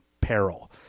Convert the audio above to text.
peril